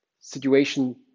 situation